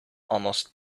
almost